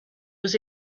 was